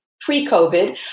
pre-COVID